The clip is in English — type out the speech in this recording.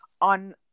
on